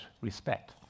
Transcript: respect